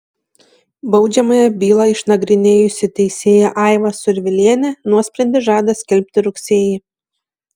baudžiamąją bylą išnagrinėjusi teisėja aiva survilienė nuosprendį žada skelbti rugsėjį